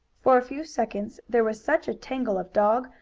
for a few seconds there was such a tangle of dog,